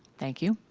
thank you.